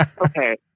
Okay